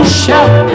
shout